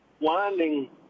winding